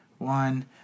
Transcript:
One